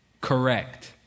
correct